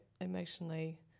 emotionally